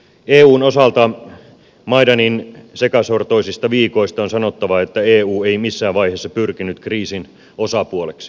eun osalta maidanin sekasortoisista viikoista on sanottava että eu ei missään vaiheessa pyrkinyt kriisin osapuoleksi